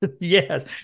Yes